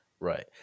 Right